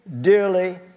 dearly